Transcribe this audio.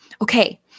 Okay